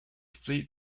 fleet